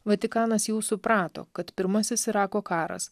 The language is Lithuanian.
vatikanas jau suprato kad pirmasis irako karas